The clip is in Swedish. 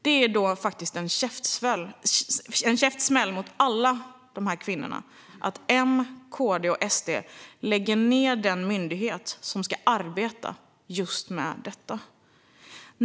Det är då en käftsmäll mot alla kvinnor att Moderaterna, Kristdemokraterna och Sverigedemokraterna lägger ned den myndighet som ska arbeta med just detta.